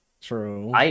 True